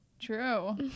True